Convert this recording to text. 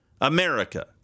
America